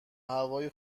هوای